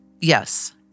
Yes